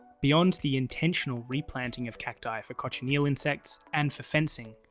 beyond the intentional replanting of cacti for cochineal insects and for fencing,